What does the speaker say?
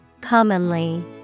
Commonly